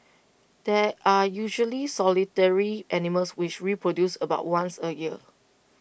there are usually solitary animals which reproduce about once A year